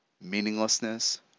meaninglessness